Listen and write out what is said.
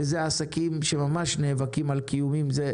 שזה עסקים שממש נאבקים על קיומם,